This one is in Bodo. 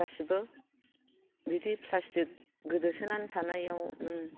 गासिबो बिदि प्लास्टिक गोदोसोनानै थानायावनो